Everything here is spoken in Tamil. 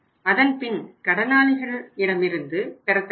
அதன்பின் கடனாளிகள் இடமிருந்து பெறத்தக்கவை